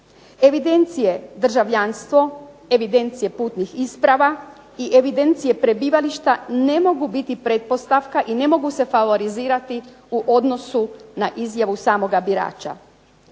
Evidencije, državljanstvo, evidencije putnih isprava i evidencije prebivališta ne mogu biti pretpostavka i ne mogu se favorizirati u odnosu na izjavu samoga birača.